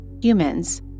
humans